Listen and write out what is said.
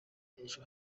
ejo